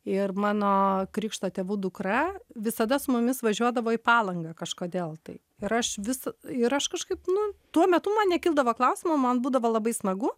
ir mano krikšto tėvų dukra visada su mumis važiuodavo į palangą kažkodėl tai ir aš vis ir aš kažkaip nu tuo metu man nekildavo klausimo man būdavo labai smagu